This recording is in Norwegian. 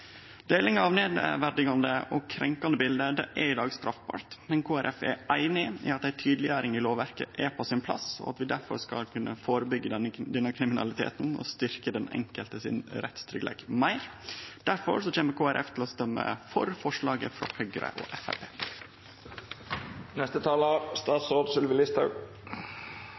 av nedverdigande og krenkande bilde er i dag straffbart, men Kristeleg Folkeparti er einig i at ei tydeleggjering i lovverket er på sin plass, og at vi difor skal kunne førebyggje denne kriminaliteten og styrkje rettstryggleiken til den enkelte meir. Difor kjem Kristeleg Folkeparti til å røyste for forslaget frå Høgre og